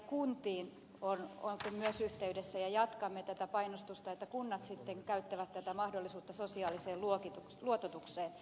kuntiin on oltu myös yhteydessä ja jatkamme tätä painostusta että kunnat sitten käyttävät tätä mahdollisuutta sosiaaliseen luototukseen